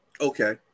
Okay